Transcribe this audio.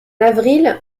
avril